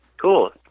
Cool